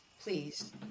please